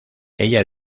ella